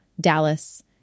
Dallas